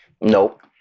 Nope